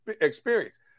experience